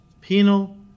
Penal